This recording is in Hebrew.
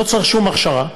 לא צריך שום הכשרה,